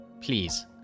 Please